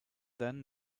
then